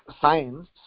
science